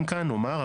גם כאן אומר,